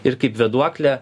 ir kaip vėduoklę